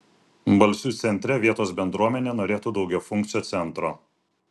balsių centre vietos bendruomenė norėtų daugiafunkcio centro